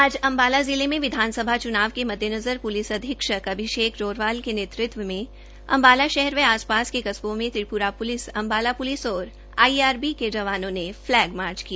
आज अम्बाला जिले में विधानसभा चुनाव के मद्देनज़र पुलिस अधीषक अभिषेक ज़ोरवाल के नेतृत्व में अम्बाला शहर व आस पास के कस्बो में त्रिपुरा पुलिस अम्बाला पुलिस और आई आर बी के जवानों ने फैलग माग किया